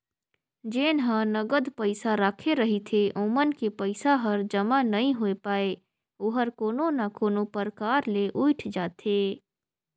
जेन ह नगद पइसा राखे रहिथे ओमन के पइसा हर जमा नइ होए पाये ओहर कोनो ना कोनो परकार ले उइठ जाथे